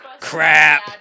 Crap